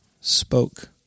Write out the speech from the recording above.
spoke